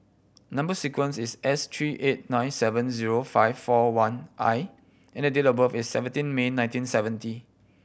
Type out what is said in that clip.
number sequence is S three eight nine seven zero five four one I and the date of birth is seventeen May nineteen seventy